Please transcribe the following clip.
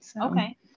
Okay